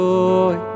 joy